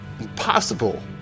Impossible